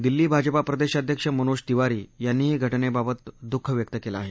दिल्ली भाजपा प्रदेशाध्यक्ष मनोज तिवारी यांनीही घटनेबाबत दुःख व्यक्त केलं आहे